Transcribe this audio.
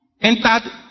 entered